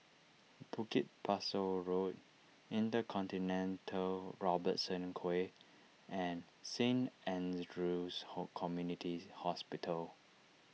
Bukit Pasoh Road Intercontinental Robertson Quay and Saint andrew's hope Community Hospital